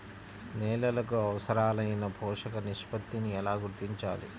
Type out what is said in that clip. నేలలకు అవసరాలైన పోషక నిష్పత్తిని ఎలా గుర్తించాలి?